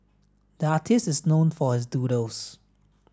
the artist is known for his doodles